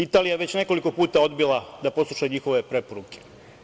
Italija je već nekoliko puta odbila da posluša njihove preporuke.